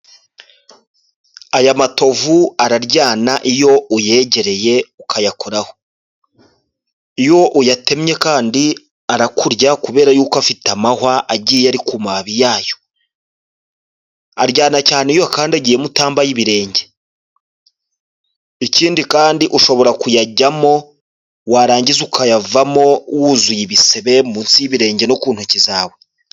Aya matovu araryana iyo uyegereye ukayakora. Iyo uyatemye kandi arakurya kubera yuko afite amahwa agiye ari ku mababi yayo. Aryana cyane iyo uyakandagiyemo utambaye ibirenge. Ikindi ushobora kuyajyamo, warangiza ukayavamo wuzuye ibisebe munsi y'ibirenge no ku ntoki zawe.